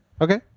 Okay